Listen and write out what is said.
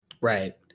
Right